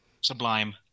Sublime